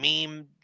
meme